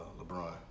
LeBron